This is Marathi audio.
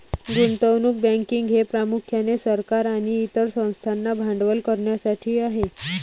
गुंतवणूक बँकिंग हे प्रामुख्याने सरकार आणि इतर संस्थांना भांडवल करण्यासाठी आहे